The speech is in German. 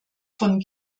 von